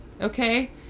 Okay